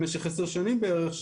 למשך 10 שנים בערך,